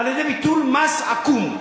הרי זה ביטול מס עקום.